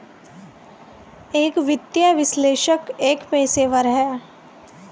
एक वित्तीय विश्लेषक एक पेशेवर है